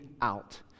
out